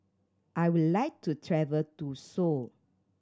I would like to travel to Seoul